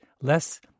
less